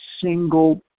single